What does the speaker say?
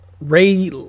Ray